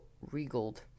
regaled